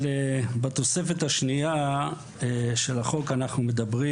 בתוספת השנייה של החוק אנחנו מדברים